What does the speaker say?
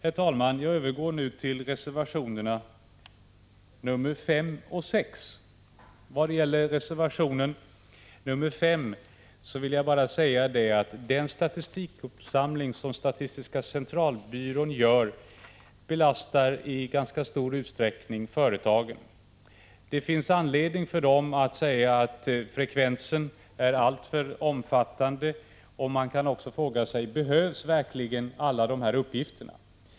Jag övergår nu till att kommentera reservationerna 5 och 6. Vad gäller reservation 5 vill jag bara säga att den statistikuppsamling som statistiska centralbyrån gör belastar i ganska stor utsträckning företagen. Det finns anledning för dem att säga att frekvensen är alltför omfattande. Man kan också fråga sig: Behövs verkligen alla de här uppgifterna?